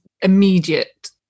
immediate